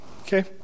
Okay